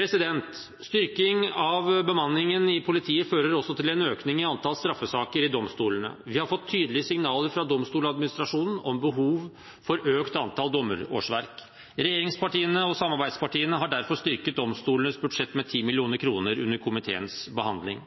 Styrking av bemanningen i politiet fører også til en økning i antall straffesaker i domstolene. Vi har fått tydelige signaler fra Domstoladministrasjonen om behov for økt antall dommerårsverk. Regjeringspartiene og samarbeidspartiene har derfor styrket domstolenes budsjett med 10 mill. kr under komiteens behandling.